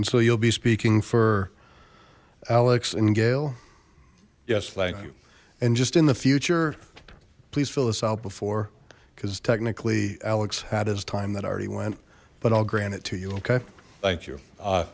and so you'll be speaking for alex and gail yes thank you and just in the future please fill this out before because technically alex had his time that already went but i'll grant it to you okay thank you